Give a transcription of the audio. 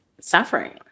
suffering